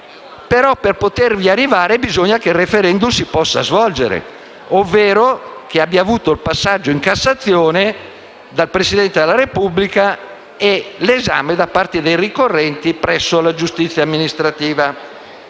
Ma per potervi arrivare è necessario che il *referendum* si possa svolgere, ovvero che vi sia stato il passaggio in Cassazione, dal Presidente della Repubblica e l'esame da parte dei ricorrenti presso la giustizia amministrativa.